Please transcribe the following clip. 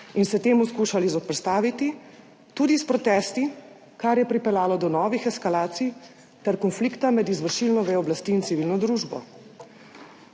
in se temu skušali zoperstaviti tudi s protesti, kar je pripeljalo do novih eskalacij ter konflikta med izvršilno vejo oblasti in civilno družbo.